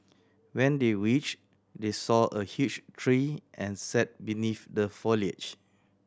when they reached they saw a huge tree and sat beneath the foliage